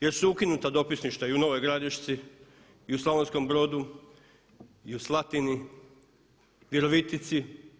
Jer su ukinuta dopisništva i u Novoj Gradišci i u Slavonskom Brodu i u Slatini, Virovitici.